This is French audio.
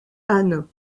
anne